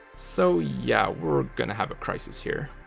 so, yeah. we're gonna have a crisis here.